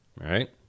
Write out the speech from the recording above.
right